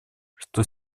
что